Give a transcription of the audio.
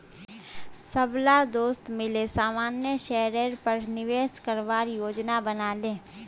सबला दोस्त मिले सामान्य शेयरेर पर निवेश करवार योजना बना ले